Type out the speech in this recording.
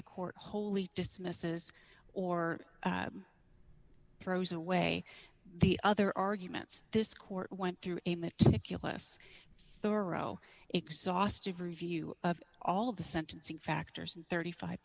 the court wholly dismisses or throws away the other arguments this court went through a meticulous thorough exhaustive review of all of the sentencing factors and thirty five